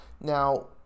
Now